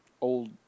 Old